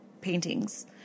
paintings